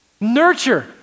Nurture